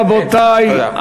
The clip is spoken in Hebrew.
רבותי,